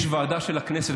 יש ועדה של הכנסת,